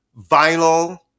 vinyl